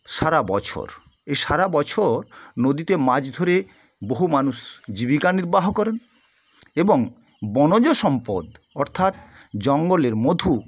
সারা বছর এ সারা বছর নদীতে মাছ ধরে বহু মানুষ জীবিকা নির্বাহ করেন এবং বনজ সম্পদ অর্থাৎ জঙ্গলের মধু